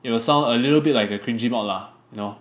it will sound a little bit like a cringey mod lah you know